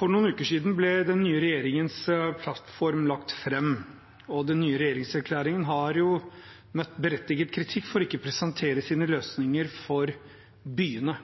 For noen uker siden ble den nye regjeringens plattform lagt fram, og den nye regjeringserklæringen har møtt berettiget kritikk for ikke å presentere sine løsninger for byene.